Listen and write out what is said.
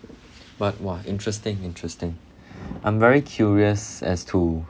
but !wah! interesting interesting I'm very curious as to